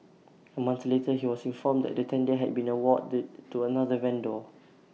A month later he was informed that the tender had been awarded to another vendor